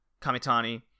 Kamitani